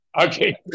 Okay